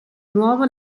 nuovo